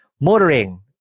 motoring